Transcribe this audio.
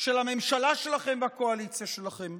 של הממשלה שלכם והקואליציה שלכם.